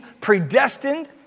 predestined